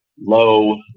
low